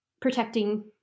protecting